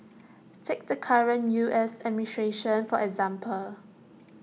take the current U S administration for example